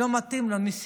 לא מתאים לו ללכת לצה"ל,